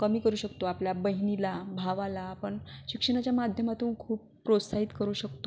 कमी करू शकतो आपल्या बहिणीला भावाला आपण शिक्षणाच्या माध्यमातून खूप प्रोत्साहित करू शकतो